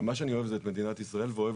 מה שאני אוהב זה את מדינת ישראל ואוהב